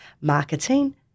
Marketing